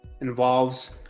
involves